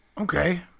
Okay